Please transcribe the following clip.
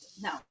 No